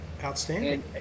Outstanding